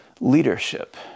leadership